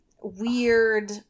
weird